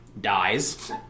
dies